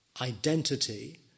identity